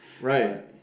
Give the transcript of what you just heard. Right